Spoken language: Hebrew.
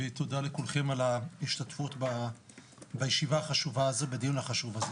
ותודה לכולכם על ההשתתפות בדיון החשוב הזה.